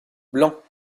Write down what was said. blanc